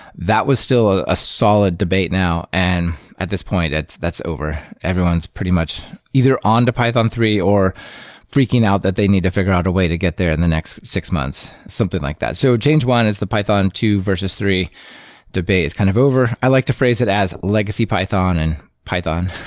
that was still ah a solid debate now, and at this point, that's that's over. everyone's pretty much either on to python three or freaking out that they need to figure out a way to get there in the next six months. something like that. so change one is the python two versus three debate. it's kind of over. i like to phrase is as legacy python and python.